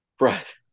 Right